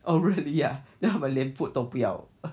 oh really ah 他们连 food 都不要